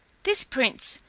this prince,